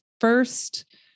first